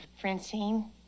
francine